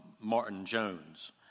Martin-Jones